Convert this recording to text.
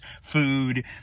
food